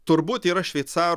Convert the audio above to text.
turbūt yra šveicarų